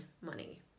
money